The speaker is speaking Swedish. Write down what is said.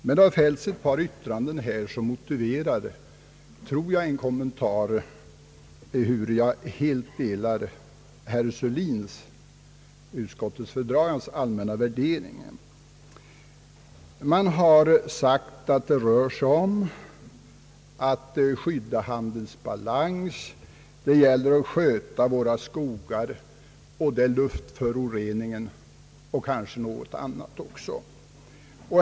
Men det har fällts ett par yttranden här som motiverar, tror jag, en kommentar, ehuru jag helt delar herr Sörlins — utskottsföredragandens — allmänna värdering. Man har sagt att det här rör sig om att skydda handelsbalansen, att sköta våra skogar, att det gäller luftföroreningen och kanske något annat också.